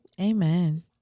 amen